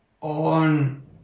on